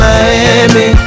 Miami